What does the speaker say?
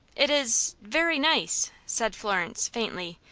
it is very nice, said florence, faintly,